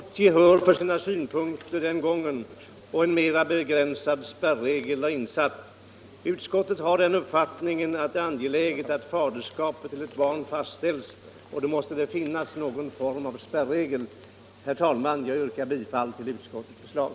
Herr talman! Denna fråga behandlades också av 1975 års riksdag. Den gången fick utskottet gehör för sina synpunkter, och en mera begränsad spärregel har därför satts in. Utskottet har den uppfattningen att det är angeläget att faderskapet till ett barn fastställs, och då måste det finnas någon form av spärregel. Herr talman! Jag yrkar bifall till utskottets hemställan.